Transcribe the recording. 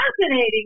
fascinating